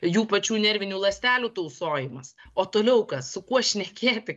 jų pačių nervinių ląstelių tausojimas o toliau kas su kuo šnekėti